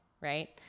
right